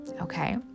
okay